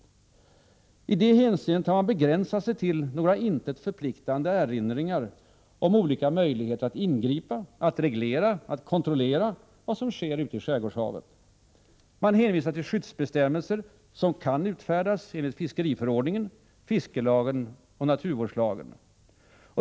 De har i det hänseendet begränsat sig till några till intet förpliktande erinringar om olika möjligheter att ingripa, att reglera och att kontrollera vad som sker i skärgårdshavet. De hänvisar till skyddsbestämmelser som kan utfärdas enligt fiskeriförordningen, fiskelagen och naturvårdslagen.